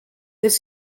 this